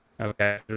Okay